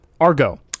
Argo